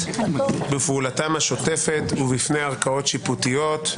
בפעולתם השוטפת ובפני ערכאות שיפוטיות.